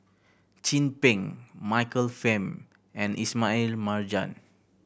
Chin Peng Michael Fam and Ismail Marjan